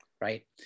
right